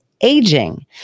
aging